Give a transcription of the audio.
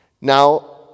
Now